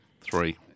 Three